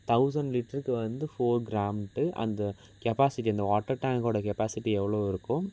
thousand லிட்டருக்கு வந்து four கிராம்ன்னுட்டு அந்த கெப்பாஸிட்டி அந்த வாட்டர் டேங்க்கோட கெப்பாஸிட்டி எவ்வளோ இருக்கோ